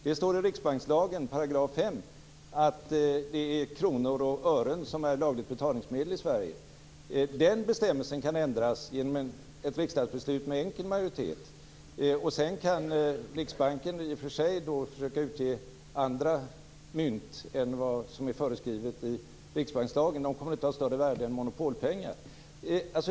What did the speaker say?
Det står i riksbankslagen, § 5, att det är kronor och ören som är lagligt betalningsmedel i Den bestämmelsen kan ändras genom ett riksdagsbeslut med enkel majoritet. Riksbanken kan sedan i och för sig försöka utge andra mynt än vad som är föreskrivet i riksbankslagen, men de kommer inte ha större värde än Monopolpengar.